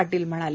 पाटील म्हणाले